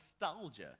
nostalgia